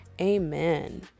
Amen